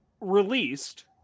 released